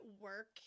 work